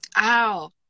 ow